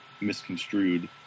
misconstrued